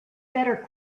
better